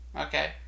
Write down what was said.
okay